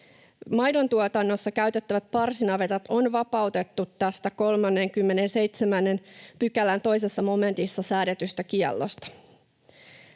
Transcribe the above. Maidontuotannossa käytettävät parsinavetat on vapautettu tästä 37 §:n 2 momentissa säädetystä kiellosta.